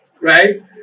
right